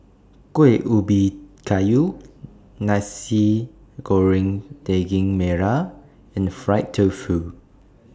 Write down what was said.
Kuih Ubi Kayu Nasi Goreng Daging Merah and Fried Tofu